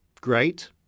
great